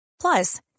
Plus